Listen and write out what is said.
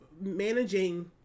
managing